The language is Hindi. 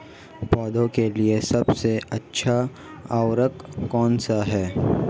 पौधों के लिए सबसे अच्छा उर्वरक कौनसा हैं?